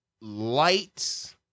lights